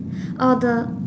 err the